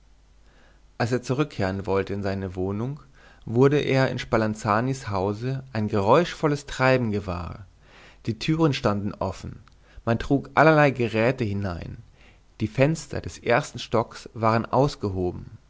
als er zurückkehren wollte in seine wohnung wurde er in spalanzanis hause ein geräuschvolles treiben gewahr die türen standen offen man trug allerlei geräte hinein die fenster des ersten stocks waren ausgehoben